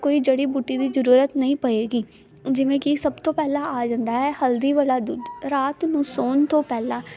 ਕੋਈ ਜੜ੍ਹੀ ਬੂਟੀ ਦੀ ਜਰੂਰਤ ਨਈਂ ਪਏਗੀ ਜਿਵੇਂ ਕੀ ਸਭ ਤੋਂ ਪਹਿਲਾਂ ਆ ਜਾਂਦਾ ਹੈ ਹਲਦੀ ਵਾਲਾ ਦੁੱਧ ਰਾਤ ਨੂੰ ਸੌਨ ਤੋਂ ਪਹਿਲਾਂ